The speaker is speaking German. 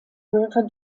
river